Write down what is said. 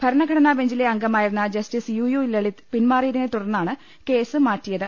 ഭരണഘടനാ ബെഞ്ചിലെ അർഗമായിരുന്ന ജസ്റ്റിസ് യു യു ലളിത് പിന്മാറിയതിനെ തുടർന്നാണ് കേസ് മാറ്റിയത്